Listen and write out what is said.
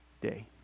day